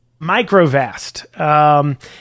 MicroVast